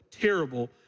terrible